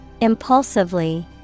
impulsively